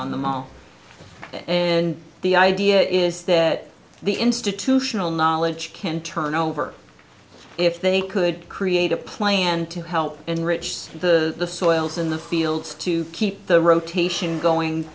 on the mall and the idea is that the institutional knowledge can turn over if they could create a plan to help and rich the soils in the fields to keep the rotation going